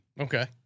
Okay